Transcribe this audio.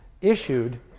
issued